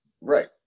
right